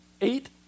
eight